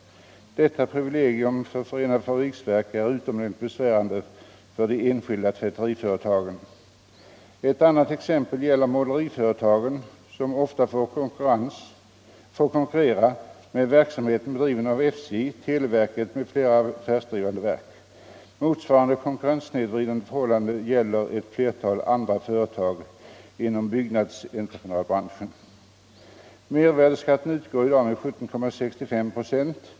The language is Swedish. Detta privilegium för förenade fabriksverken är utomordentligt besvärande för de enskilda tvätteriföretagen. Ett annat exempel gäller måleriföretagen, som ofta får konkurrera med verksamhet bedriven av SJ, televerket m.fl. affärsdrivande verk. Motsvarande konkurrenssnedvridande förhållanden gäller ett flertal andra företag inom byggentreprenadbranschen.